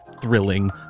thrilling